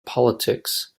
politics